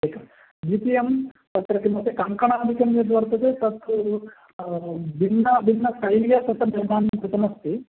एकं द्वितीयं तत्र किमपि कङ्कणादिकं यद्वर्तते तत्तु भिन्नभिन्नशैल्या तत्र निर्माणं कृतमस्ति